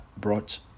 brought